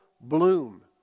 bloom